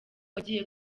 wagiye